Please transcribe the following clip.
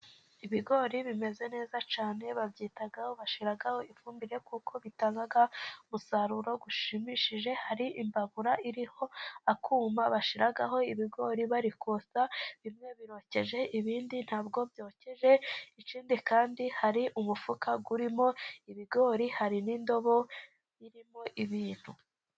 Ibigori bimeze neza cyane babyitaho, bashiraho ifumbire kuko Itanga umusaruro ushimishije, hari imbabura iriho akuma bashyiraho ibigori bari kotsa, bimwe birokeje ibindi nta bwo byokeje, ikindi kandi hari umufuka urimo ibigori, hari n'indobo irimo ibintu.